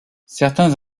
certains